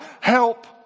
help